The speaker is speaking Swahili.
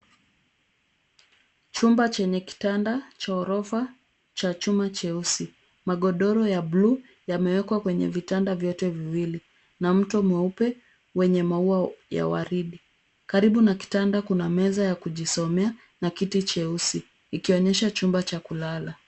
Chumba chenye kitanda cha ghorofa cha chuma cheusi. Magodoro ya bluu yamewekwa kwenye vitanda vyote viwili na mto mweupe wenye maua ya waridi. Karibu na kitanda kuna meza ya kujisomea na kiti cheusi ikionyesha chumba cha kulala.